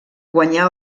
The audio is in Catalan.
guanyà